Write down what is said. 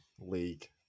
league